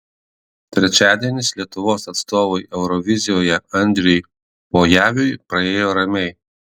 trečiadienis lietuvos atstovui eurovizijoje andriui pojaviui praėjo ramiai